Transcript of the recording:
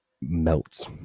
melts